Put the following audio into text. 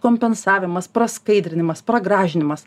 kompensavimas praskaidrinimas pragražinimas